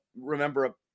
remember